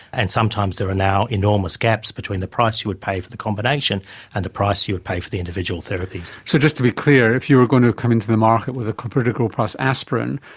and sometimes there are now enormous gaps between the price you would pay for the combination and the price you would pay for the individual therapies. so, just to be clear, if you're going to come into the market with a clopidogrel plus aspirin,